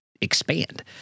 expand